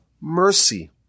mercy